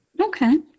Okay